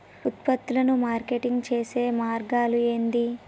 ఉత్పత్తులను మార్కెటింగ్ చేసే మార్గాలు ఏంది?